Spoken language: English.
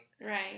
Right